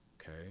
Okay